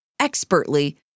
expertly